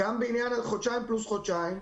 וגם בעניין של חודשיים פלוס חודשיים,